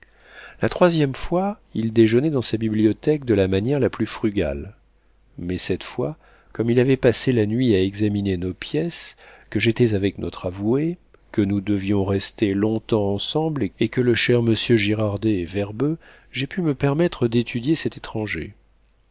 la troisième fois il déjeunait dans sa bibliothèque de la manière la plus frugale mais cette fois comme il avait passé la nuit à examiner nos pièces que j'étais avec notre avoué que nous devions rester longtemps ensemble et que le cher monsieur girardet est verbeux j'ai pu me permettre d'étudier cet étranger